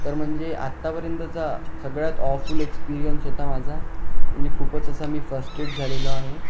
तर म्हणजे आतापर्यंतचा सगळ्यात ऑफुल एक्सपीरियन्स होता माझा म्हणजे खूपच असा मी फस्ट्रेट झालेलो आहे